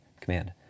command